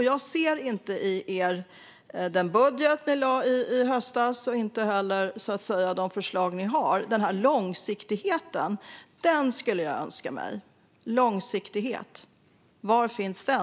Jag ser inte i den budget ni lade fram i höstas och inte heller i de förslag ni har den här långsiktigheten. Den skulle jag önska mig. Var finns långsiktigheten, herr talman?